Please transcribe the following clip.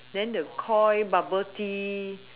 then the koi bubble tea